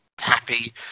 happy